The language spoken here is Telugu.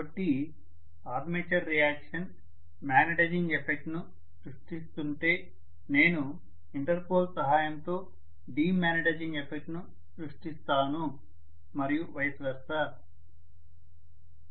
కాబట్టి ఆర్మేచర్ రియాక్షన్ మాగ్నిటైజింగ్ ఎఫెక్ట్ ను సృష్టిస్తుంటే నేను ఇంటర్పోల్ సహాయంతో డీమాగ్నెటైజింగ్ ఎఫెక్ట్ ను సృష్టిస్తాను మరియు వ్యత్యస్తంగా ఉంటుంది